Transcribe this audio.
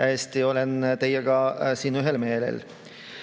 Täiesti olen teiega ühel meelel.